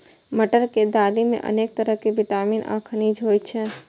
मटर के दालि मे अनेक तरहक विटामिन आ खनिज होइ छै